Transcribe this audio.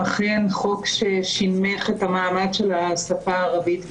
אכן חוק ששנמך את מעמד השפה הערבית בישראל.